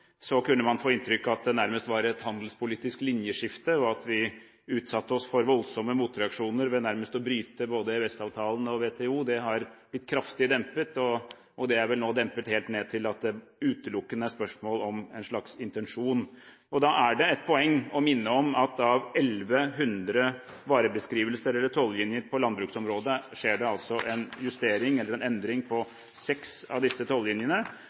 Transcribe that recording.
så tydelig, også fra Høyres side, at dette ikke er noe brudd med de formelle reglene vi inngår i. I begynnelsen av denne debatten kunne man få inntrykk av at det nærmest var et handelspolitisk linjeskifte, og at vi utsatte oss for voldsomme motreaksjoner ved nærmest å bryte både EØS-avtalen og WTO. Det har blitt kraftig dempet, og det er vel nå dempet helt ned til at det utelukkende er spørsmål om en slags intensjon. Da er det et poeng å minne om at av 1 100 varebeskrivelser eller tollinjer på landbruksområdet